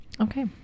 Okay